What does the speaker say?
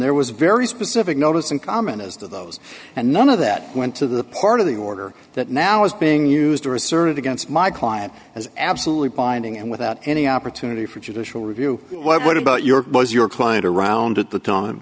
there was very specific notice and comment as to those and none of that went to the part of the order that now is being used or asserted against my client as absolutely binding and without any opportunity for judicial review what about your was your client around at the time